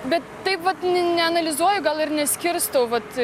bet taip vat neanalizuoju gal ir neskirstau vat